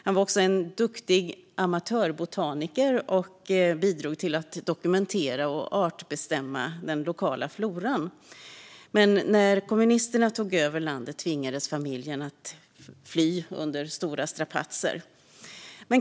Han var också en duktig amatörbotaniker och bidrog till att dokumentera och artbestämma den lokala floran. När kommunisterna tog över landet tvingades familjen att fly under stora strapatser.